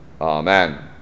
Amen